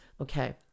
okay